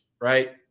right